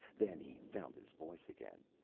then he found his voice again.